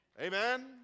Amen